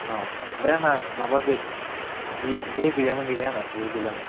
औ बे माबा जे गैयैमोन गैनाया आंना जे गैलामोन